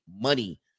money